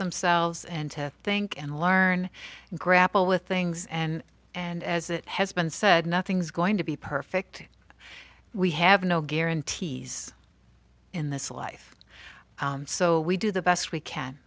themselves and to think and learn and grapple with things and and as it has been said nothing's going to be perfect we have no guarantees in this life so we do the best we can